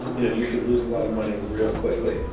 you could lose a lot of money real quickly.